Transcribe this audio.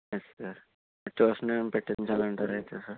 yes sir tuition ఏమి పెట్టించాలంటారు అయితే సార్